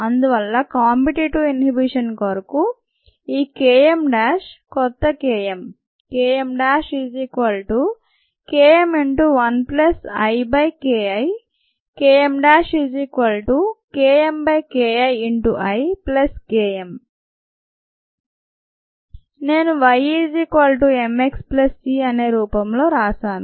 అందువల్ల competitive inhibition కొరకు ఈ Km కొత్త K m KmKm1IKI KmKmKII Km నేను y mx c అనే రూపంలో రాశాను